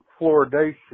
fluoridation